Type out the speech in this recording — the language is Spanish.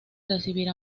recibir